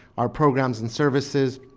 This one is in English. our programs and services,